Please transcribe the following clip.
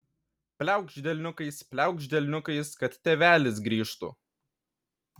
pliaukšt delniukais pliaukšt delniukais kad tėvelis grįžtų